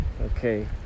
Okay